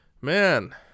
man